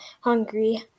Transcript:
hungry